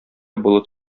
болыт